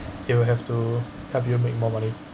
you will have to help you make more money